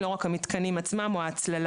ולא רק המתקנים עצמם או ההצללה.